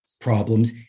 problems